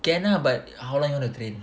can ah but how long want to train